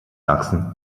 sachsen